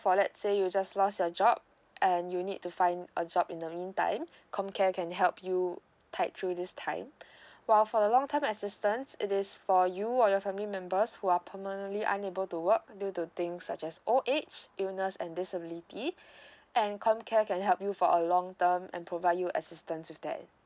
for let's say you just lost your job and you need to find a job in the mean time Comcare can help you tight through this time while for a long time assistance it is for you or your family members who are permanently unable to work due to things such as old age illness and disabilities and Comcare can help you for a long term and provide you assistance with that